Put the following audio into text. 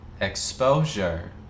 exposure